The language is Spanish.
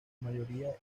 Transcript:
mayoría